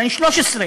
בן 13,